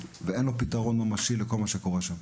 ואין שום פתרון ממשי למה שקורה שם.